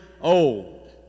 old